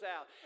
out